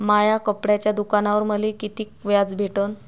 माया कपड्याच्या दुकानावर मले कितीक व्याज भेटन?